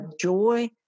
joy